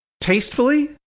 tastefully